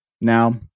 Now